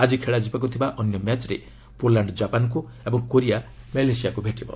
ଆଜି ଖେଳାଯିବାକୁ ଥିବା ଅନ୍ୟ ମ୍ୟାଚ୍ରେ ପୋଲାଣ୍ଡ ଜାପାନକୁ ଓ କୋରିଆ ମାଲେସିଆକୁ ଭେଟିବ